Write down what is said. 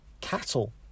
cattle